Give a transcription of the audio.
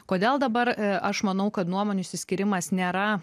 kodėl dabar aš manau kad nuomonių išsiskyrimas nėra